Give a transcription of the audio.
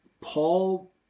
Paul